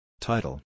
Title